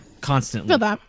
constantly